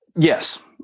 Yes